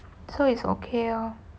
so it's okay lor